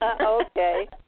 Okay